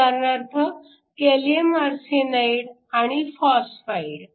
उदाहरणार्थ gallium arsenide आणि phosphide